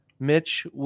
Mitch